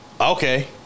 Okay